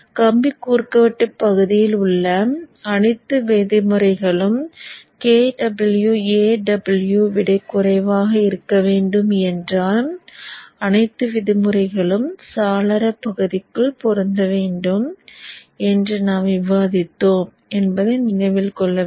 கம்பி குறுக்குவெட்டு பகுதியில் உள்ள அனைத்து விதிமுறைகளும் kwAw ஐ விட குறைவாக இருக்க வேண்டும் என்றால் அனைத்து விதிமுறைகளும் சாளர பகுதிக்குள் பொருந்த வேண்டும் என்று நாம் விவாதித்தோம் என்பதை நினைவில் கொள்ள வேண்டும்